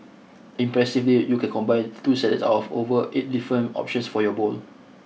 impressively you can combine two salads of of over eight different options for your bowl